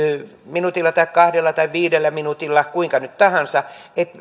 minuutilla tai kahdella tai viidellä minuutilla kuinka nyt tahansa että